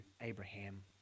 Abraham